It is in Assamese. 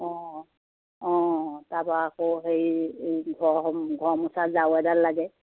অঁ অঁ অঁ অঁ তাৰপা আকৌ হেৰি এই ঘৰ ঘৰ মোচা জাৰু এডাল লাগে